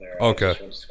Okay